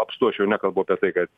apstu aš jau nekalbu apie tai kad